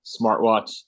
smartwatch